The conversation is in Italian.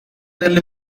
delle